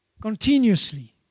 continuously